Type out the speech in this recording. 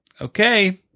okay